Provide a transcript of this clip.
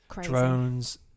drones